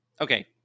okay